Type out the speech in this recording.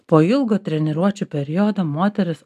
po ilgo treniruočių periodo moteris